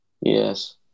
Yes